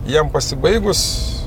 jiem pasibaigus